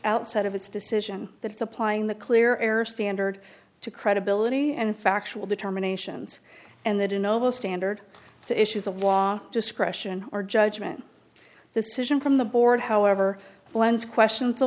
outside of its decision that it's applying the clear air standard to credibility and factual determination and that in over the standard issues of law discretion or judgment decision from the board however blends questions